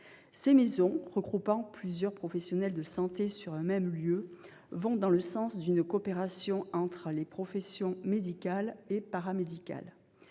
Ces maisons, regroupant plusieurs professionnels de santé sur un même lieu, vont dans le sens d'une coopération entre les professions médicales et paramédicales.